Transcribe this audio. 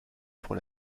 pour